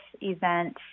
event